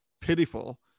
pitiful